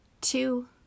two